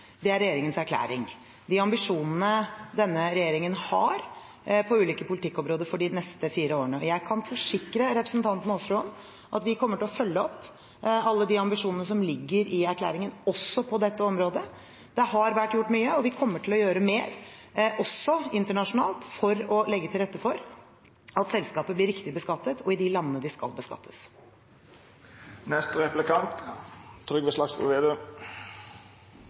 dag, er regjeringens erklæring, de ambisjonene denne regjeringen har på ulike politikkområder for de neste fire årene. Jeg kan forsikre representanten Aasrud om at vi kommer til å følge opp alle de ambisjonene som ligger i erklæringen, også på dette området. Det har vært gjort mye, og vi kommer til å gjøre mer, også internasjonalt, for å legge til rette for at selskaper blir riktig beskattet og i de landene de skal beskattes.